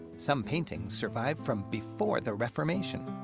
some paintings survive from before the reformation.